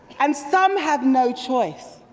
and some have no choice.